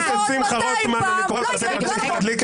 אם תגיד 200 פעמים, זה לא יקרה.